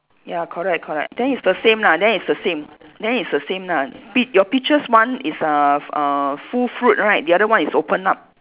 ya correct correct then it's the same lah then it's the same then it's the same lah be your pictures one is uh uh full fruit right the other one is opened up